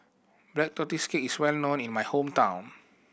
Black Tortoise Cake is well known in my hometown